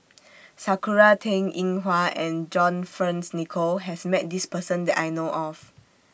Sakura Teng Ying Hua and John Fearns Nicoll has Met This Person that I know of